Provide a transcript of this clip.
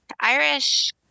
Irish